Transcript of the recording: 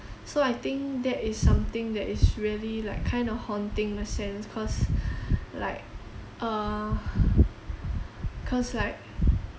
so I think that is something that is really like kinda haunting in a sense cause like uh cause like